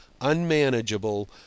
unmanageable